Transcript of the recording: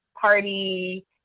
party